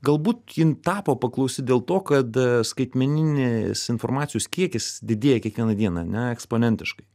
galbūt jin tapo paklausi dėl to kad skaitmeninės informacijos kiekis didėja kiekvieną dieną ane eksponentiškai